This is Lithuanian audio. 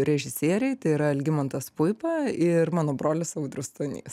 režisieriai tai yra algimantas puipa ir mano brolis audrius stonys